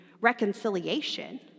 reconciliation